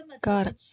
God